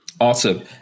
Awesome